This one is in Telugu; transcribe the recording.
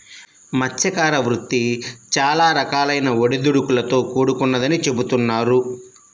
మత్స్యకార వృత్తి చాలా రకాలైన ఒడిదుడుకులతో కూడుకొన్నదని చెబుతున్నారు